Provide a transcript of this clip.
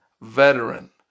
veteran